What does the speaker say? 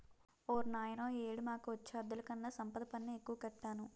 ఓర్నాయనో ఈ ఏడు మాకొచ్చే అద్దెలుకన్నా సంపద పన్నే ఎక్కువ కట్టాను